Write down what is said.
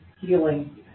Healing